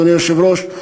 אדוני היושב-ראש,